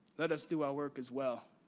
let us do our work as well,